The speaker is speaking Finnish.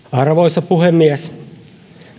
arvoisa puhemies